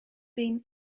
been